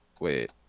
wait